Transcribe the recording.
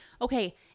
Okay